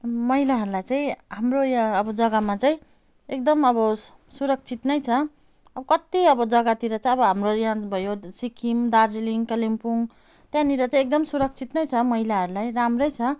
महिलाहरूलाई चाहिँ हाम्रो यहाँ अब जग्गामा चाहिँ एकदम अब सुरक्षित नै छ अब कति अब जग्गातिर चाहिँ अब हाम्रो यहाँ भयो सिक्किम दार्जिलिङ कालिम्पोङ त्यहाँनिर चाहिँ एकदम सुरक्षित नै छ महिलाहरूलाई राम्रै छ